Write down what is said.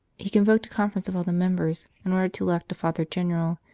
he convoked a conference of all the members in order to elect a father-general,